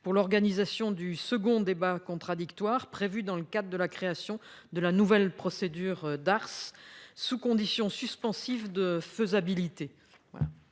pour l'organisation du second débat contradictoire prévue dans le cadre de la création de la nouvelle procédure d'Arse sous condition suspensive de faisabilité.